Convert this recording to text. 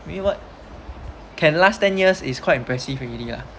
really what can last ten years is quite impressive already lah